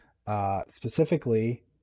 Specifically